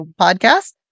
podcast